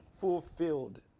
fulfilled